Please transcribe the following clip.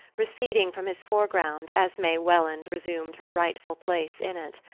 receding from his foreground as may welland resumed her rightful place in it.